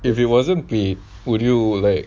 if it wasn't paid would you like